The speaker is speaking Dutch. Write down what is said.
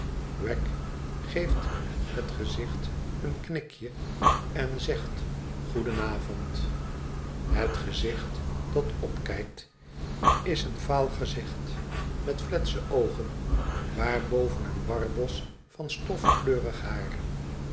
wegg geeft het gezicht een knikje en zegt goedenavond het gezicht dat opkijkt is een vaal gezicht met fletse oogen waarboven een warbos van stofkleurig haar